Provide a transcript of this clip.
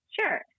Sure